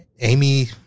Amy